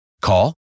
Call